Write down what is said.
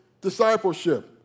discipleship